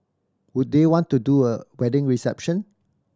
would they want to do a wedding reception